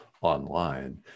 online